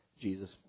Jesus